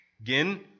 Again